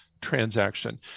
transaction